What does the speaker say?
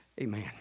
Amen